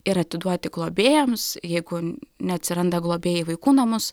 ir atiduoti globėjams jeigu neatsiranda globėjai į vaikų namus